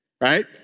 right